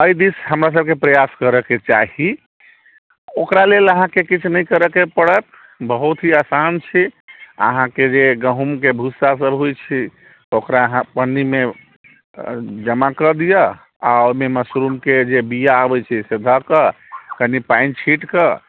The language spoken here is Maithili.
एहि दिस हमरासबके प्रयास करिके चाही ओकरा लेल अहाँके किछु नहि करिके पड़त बहुत ही आसान छै अहाँके जे गहूमके भुस्सा सभ होइ छै ओकरा अहाँ पन्नीमे जमा कऽ दिअ आओर ओहिमे मशरूमके जे बिआ अबै छै से धऽ कऽ कनी पानि छीटिकऽ